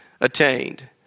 attained